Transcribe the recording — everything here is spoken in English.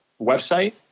website